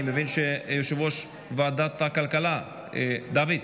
אני מבין שיושב-ראש ועדת הכלכלה, דוד,